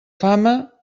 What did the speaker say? fama